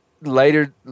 later